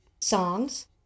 songs